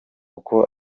uko